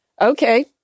Okay